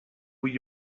would